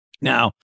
Now